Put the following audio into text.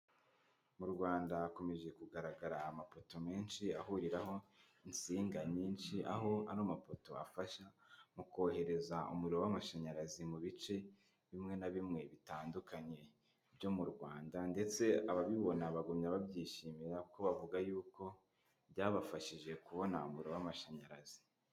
Mu Rwanda hakomeje kugaragara amapoto menshi ahuriraho insinga nyinshi, aho ano mapoto afasha mu kohereza umuriro w'amashanyarazi mu bice bimwe na bimwe bitandukanye byo mu Rwanda ndetse ababibona bagumya babyishimira kuko bavuga yuko byabafashije kubona umuriro w'amashanyarazi.